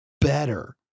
better